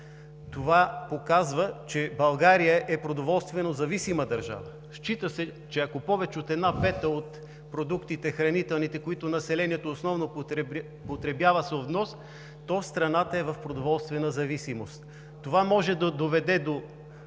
Това показва, че България е продоволствено зависима държава. Счита се, че ако повече от една пета от хранителните продукти, които населението основно потребява, са от внос, то страната е в продоволствена зависимост. Това може да доведе до